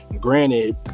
granted